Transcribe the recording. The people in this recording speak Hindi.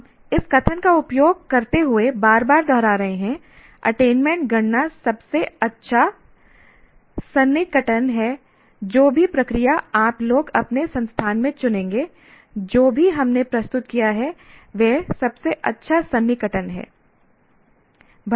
हम इस कथन का उपयोग करते हुए बार बार दोहरा रहे हैं अटेनमेंट गणना सबसे अच्छा सन्निकटन है जो भी प्रक्रिया आप लोग अपने संस्थान में चुनेंगे जो भी हमने प्रस्तुत किया है वह सबसे अच्छा सन्निकटन है